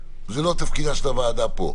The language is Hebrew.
זה לא תפקיד הוועדה הזאת.